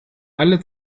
alle